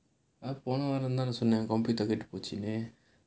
போன வாரம் தானே சொன்னேன்:pona vaaram thaanae sonnaen computer கெட்டு போச்சுன்னு:kettu pochunu